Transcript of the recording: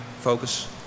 focus